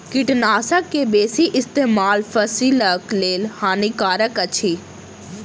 कीटनाशक के बेसी इस्तेमाल फसिलक लेल हानिकारक अछि